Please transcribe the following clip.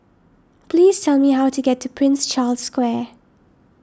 please tell me how to get to Prince Charles Square